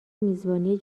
میزبانی